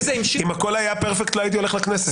אחרי זה המשיכו --- אם הכול היה פרפקט לא הייתי הולך לכנסת.